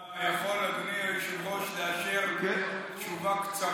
אתה יכול, אדוני היושב-ראש, לאשר תשובה קצרה?